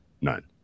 none